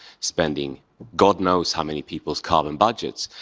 spending god knows how many people's carbon budgets.